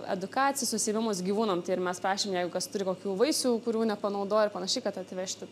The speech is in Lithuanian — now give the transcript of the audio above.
edukacinius užsiėmimus gyvūnam tai ir mes prašėm jeigu kas turi kokių vaisių kurių nepanaudojo ir panašiai kad atvežti